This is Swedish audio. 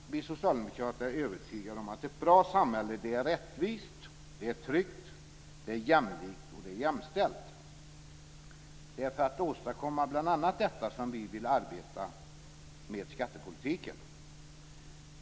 Fru talman! Vi socialdemokrater är övertygade om att ett bra samhälle är rättvist, tryggt, jämlikt och jämställt. Det är för att åstadkomma bl.a. detta som vi vill arbeta med skattepolitiken.